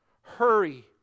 Hurry